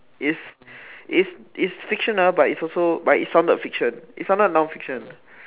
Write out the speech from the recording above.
it's it's it's fiction ah but it's also but it sounded fiction it sounded non fiction